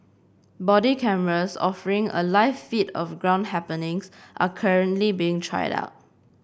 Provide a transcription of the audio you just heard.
body cameras offering a live feed of ground happenings are currently being tried out